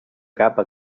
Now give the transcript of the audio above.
capa